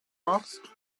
machst